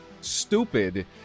stupid